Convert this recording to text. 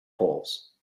poles